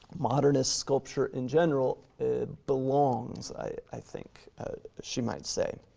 modernist sculpture in general belongs, i think she might say.